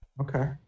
Okay